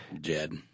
Jed